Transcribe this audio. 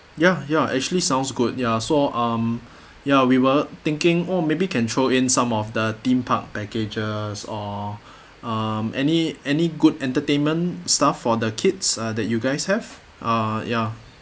ya ya actually sounds good ya so um ya we were thinking oh maybe can throw in some of the theme park packages or um any any good entertainment stuff for the kids uh that you guys have uh ya